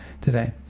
today